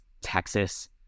Texas